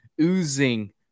oozing